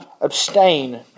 abstain